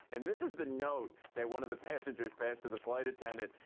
and this is the note that one of the passengers passed to the flight attendant.